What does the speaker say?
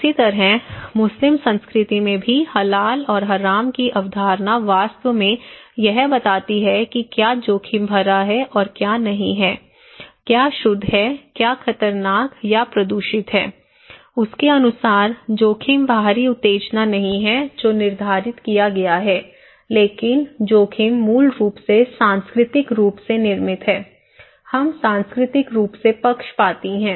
इसी तरह मुस्लिम संस्कृति में भी हलाल और हराम की अवधारणा वास्तव में यह बताती है कि क्या जोखिम भरा है और क्या नहीं है क्या शुद्ध है क्या खतरनाक या प्रदूषित है उसके अनुसार जोखिम बाहरी उत्तेजना नहीं है जो निर्धारित किया गया है लेकिन जोखिम मूल रूप से सांस्कृतिक रूप से निर्मित है हम सांस्कृतिक रूप से पक्षपाती हैं